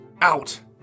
out